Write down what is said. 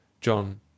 JOHN